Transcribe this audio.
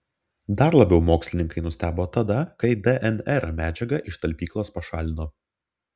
dar labiau mokslininkai nustebo tada kai dnr medžiagą iš talpyklos pašalino